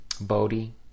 Bodhi